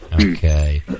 Okay